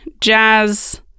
jazz